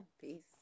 Peace